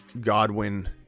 Godwin